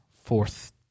fourth